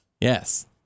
Yes